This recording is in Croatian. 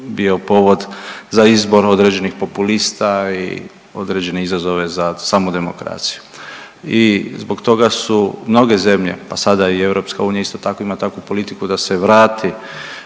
bio povod za izbor određenih populista i određene izazove za samu demokraciju. I zbog toga su mnoge zemlje, pa sada i EU isto tako ima takvu politiku da se vrati